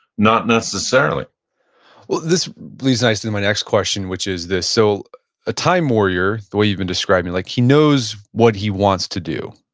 not necessarily well, this leads nice into my next question, which is this. so a time warrior, the way you've been describing, like he knows what he wants to do,